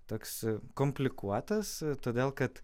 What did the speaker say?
toks komplikuotas todėl kad